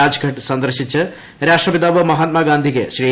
രാജ്ഘട്ട് സന്ദർശിച്ച് രാഷ്ട്രപിതാവ് മഹാത്മാ ഗാന്ധിക്ക് ശ്രീ